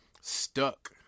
stuck